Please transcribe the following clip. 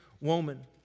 woman